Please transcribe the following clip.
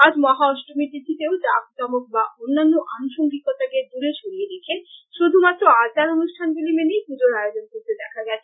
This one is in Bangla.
আজ আমহা অষ্টমী তিথিতেও জাঁকজমক বা অন্যান্য আনুষঙ্গিকতাকে দূরে সরিয়ে রেখে শুধুমাত্র আচার অনুষ্ঠানগুলি মেনেই পুজোর আয়োজন করতে দেখা গেছে